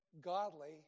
godly